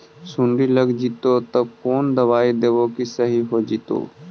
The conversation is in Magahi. सुंडी लग जितै त कोन दबाइ देबै कि सही हो जितै?